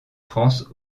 france